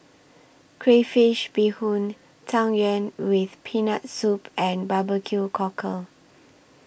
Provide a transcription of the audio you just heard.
Crayfish Beehoon Tang Yuen with Peanut Soup and Barbecue Cockle